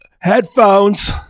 Headphones